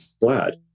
glad